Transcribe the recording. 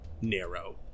narrow